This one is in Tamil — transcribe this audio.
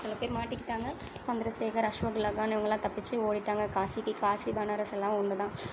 சில பேர் மாட்டிக்கிட்டாங்கள் சந்திர சேகர் அசவக்குல்லாகான் இவங்கள்லாம் தப்பிச்சு ஓடிட்டாங்கள் காசிக்கு காசி பனாரஸ் எல்லாம் ஒன்று தான்